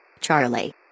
Charlie